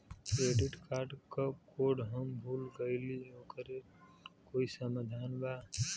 Credit card क code हम भूल गइली ओकर कोई समाधान बा?